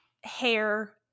hair